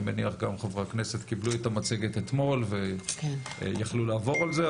אני מניח גם חברי הכנסת קיבלו את המצגת אתמול ויכלו לעבור על זה,